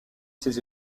ses